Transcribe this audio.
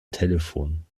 telefon